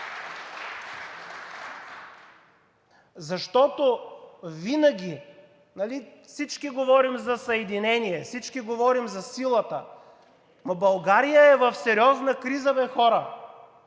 Защото винаги нали всички говорим за съединение, всички говорим за силата, но България е в сериозна криза бе, хора!